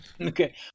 Okay